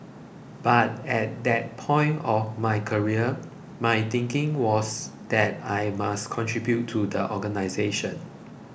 but at that point of my career my thinking was that I must contribute to the organisation